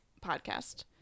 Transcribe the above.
podcast